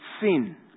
sin